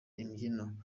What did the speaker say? imbyino